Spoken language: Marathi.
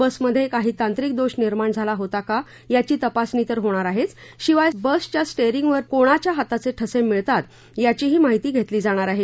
बसमध्ये काही तांत्रिक दोष निर्माण झाला होता का याची तर तपासणी होणार आहेच शिवाय बसच्या स्टेअरिंगवर कोणाच्या हाताचे ठसे मिळतात याचीही माहिती घेतली जाणार आहे